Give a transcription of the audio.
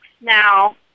now